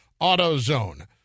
AutoZone